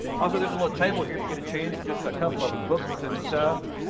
also, there's a little table here, if you get a change just a couple of books and stuff.